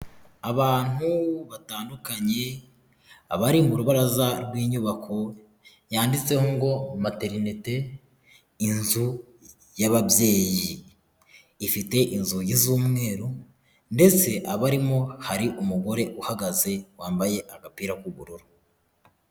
Abantu batandukanye abari mu rubaraza rw'inyubako yanditseho ngo materinete inzu y'ababyeyi ifite inzugi z'umweru ndetse abarimo hari umugore uhagaze wambaye agapira k'ubururu.